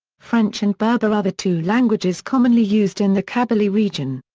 french and berber are the two languages commonly used in the kabylie region.